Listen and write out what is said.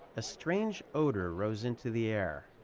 a strange odor rose into the air.